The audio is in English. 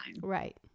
Right